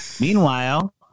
meanwhile